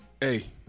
hey